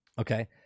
Okay